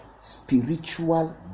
spiritual